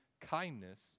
kindness